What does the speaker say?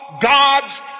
God's